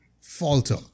falter